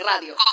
Radio